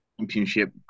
Championship